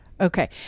Okay